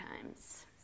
times